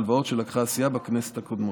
ההלוואות שלקחה הסיעה בכנסות הקודמות.